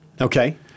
Okay